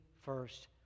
first